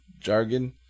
jargon